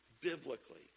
biblically